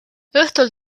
õhtul